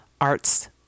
Arts